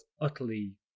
utterly